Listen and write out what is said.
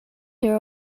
their